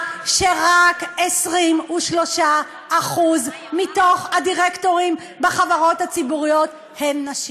שרק 23% מתוך הדירקטורים בחברות הציבוריות הן נשים.